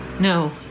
No